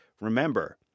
remember –